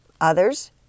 others